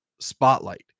spotlight